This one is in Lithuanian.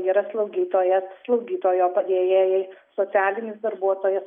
yra slaugytojas slaugytojo padėjėjai socialinis darbuotojas